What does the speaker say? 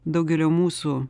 daugelio mūsų